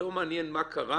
לא מעניין מה קרה,